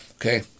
Okay